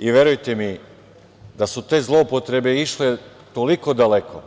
I verujte mi da su te zloupotrebe išle toliko daleko